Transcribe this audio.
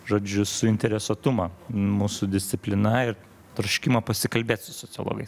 žodžiu suinteresuotumą mūsų disciplina ir troškimą pasikalbėt su sociologais